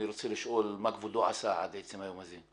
אני רוצה לשאול מה כבודו עשה עד עצם היום הזה.